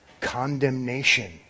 Condemnation